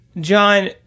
John